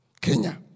Kenya